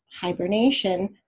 hibernation